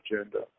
agenda